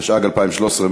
התשע"ג 2013,